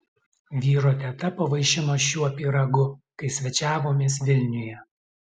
vyro teta pavaišino šiuo pyragu kai svečiavomės vilniuje